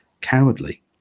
cowardly